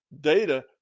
data